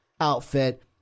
outfit